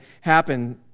happen